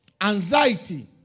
Anxiety